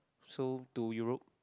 so to Europe